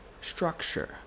structure